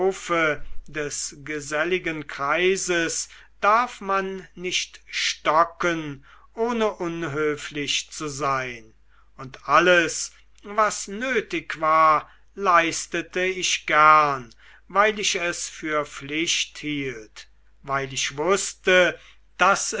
des geselligen kreises darf man nicht stocken ohne unhöflich zu sein und alles was nötig war leistete ich gern weil ich es für pflicht hielt weil ich wußte daß